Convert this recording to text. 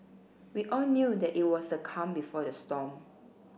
we all knew that it was the calm before the storm